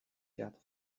quatre